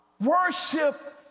Worship